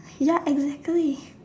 ya exactly